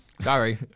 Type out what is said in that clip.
sorry